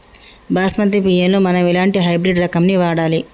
బాస్మతి బియ్యంలో మనం ఎలాంటి హైబ్రిడ్ రకం ని వాడాలి?